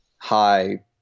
high